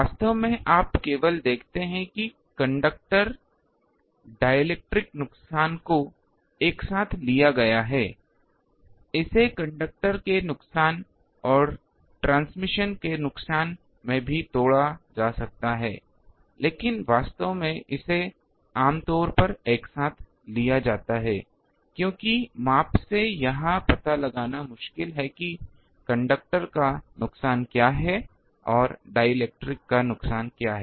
वास्तव में यहाँ आप केवल देखते हैं कि कंडक्टर डिएलेक्ट्रिक नुकसान को एक साथ लिया गया है इसे कंडक्टर के नुकसान और ट्रांसमिशन के नुकसान में भी तोड़ा जा सकता है लेकिन वास्तव में इसे आम तौर पर एक साथ लिया जाता है क्योंकि माप से यह पता लगाना बहुत मुश्किल है कंडक्टर का नुकसान क्या है और डिएलेक्ट्रिक नुकसान क्या है